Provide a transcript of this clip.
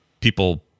people